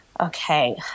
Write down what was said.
Okay